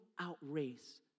outrace